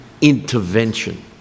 intervention